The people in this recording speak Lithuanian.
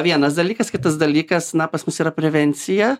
vienas dalykas kitas dalykas na pas mus yra prevencija